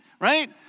right